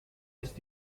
ist